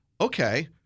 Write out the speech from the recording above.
okay